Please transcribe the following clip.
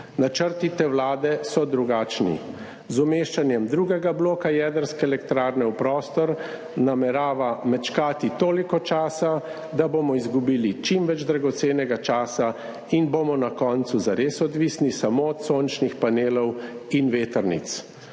Načrti te vlade so drugačni. Z umeščanjem drugega bloka jedrske elektrarne v prostor namerava mečkati toliko časa, da bomo izgubili veliko dragocenega časa in bomo na koncu zares odvisni samo od sončnih panelov in vetrnic.